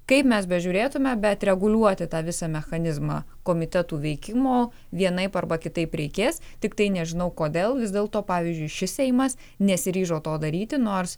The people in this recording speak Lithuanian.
kaip mes bežiūrėtumėme bet reguliuoti tą visą mechanizmą komitetų veikimo vienaip arba kitaip reikės tiktai nežinau kodėl vis dėl to pavyzdžiui šis seimas nesiryžo to daryti nors